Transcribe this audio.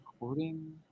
recording